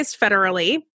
federally